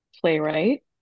playwright